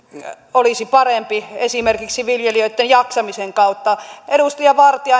olisi parempi esimerkiksi viljelijöitten jaksamisen kautta edustaja vartia